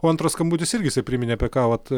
o antras skambutis irgi jisai priminė apie ką vat